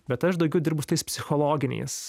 bet aš daugiau dirbu su tais psichologiniais